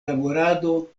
laborado